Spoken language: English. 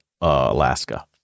Alaska